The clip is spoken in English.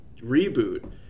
reboot